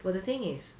well the thing is